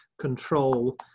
control